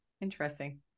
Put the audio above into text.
Interesting